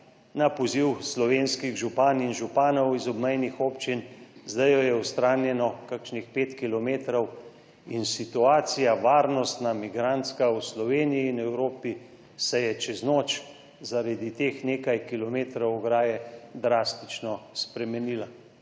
na poziv slovenskih županj in županov iz obmejnih občin -, zdaj je odstranjene kakšnih 5 kilometrov, in situacija, varnostna, migrantska v Sloveniji in Evropi se je čez noč zaradi teh nekaj kilometrov ograje drastično spremenila.